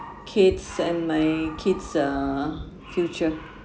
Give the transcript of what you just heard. kids and my kid's uh future